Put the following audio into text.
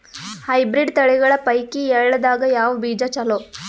Hybrid ತಳಿಗಳ ಪೈಕಿ ಎಳ್ಳ ದಾಗ ಯಾವ ಬೀಜ ಚಲೋ?